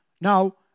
Now